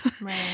Right